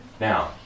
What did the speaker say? Now